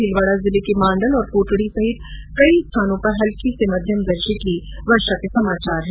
भीलवाडा जिले में मांडल और कोटडी सहित कई स्थानों पर हल्की से मध्यम दर्जे की बरसात हुई